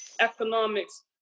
economics